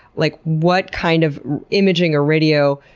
like what kind of imaging or radio